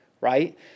right